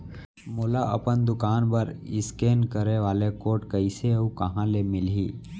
मोला अपन दुकान बर इसकेन करे वाले कोड कइसे अऊ कहाँ ले मिलही?